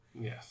Yes